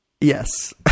Yes